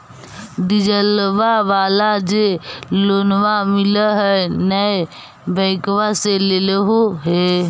डिजलवा वाला जे लोनवा मिल है नै बैंकवा से लेलहो हे?